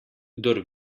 kdor